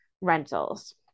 rentals